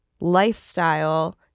lifestyle –